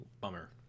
bummer